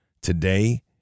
today